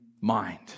mind